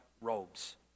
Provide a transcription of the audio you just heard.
robes